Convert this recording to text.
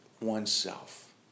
oneself